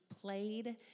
played